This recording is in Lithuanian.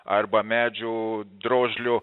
arba medžio drožlių